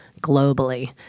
globally